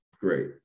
great